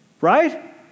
Right